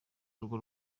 urugo